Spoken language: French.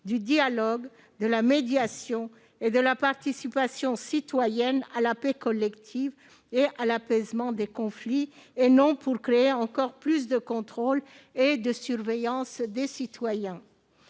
du dialogue, de la médiation et de la participation citoyenne à la paix collective et à l'apaisement des conflits, et non pour créer encore plus de contrôle et de surveillance des citoyens.